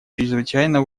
чрезвычайно